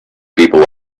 people